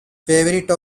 favourite